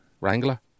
Wrangler